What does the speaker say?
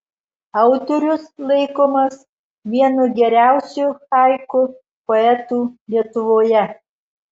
autorius laikomas vienu geriausiu haiku poetų lietuvoje